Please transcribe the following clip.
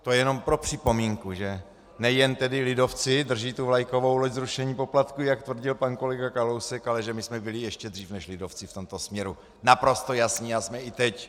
To jenom pro připomínku, že nejen lidovci drží vlajkovou loď zrušení poplatků, jak tvrdil pan kolega Kalousek, ale že my jsme byli ještě dřív než lidovci v tomto směru naprosto jasní a jsme i teď.